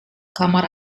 kamar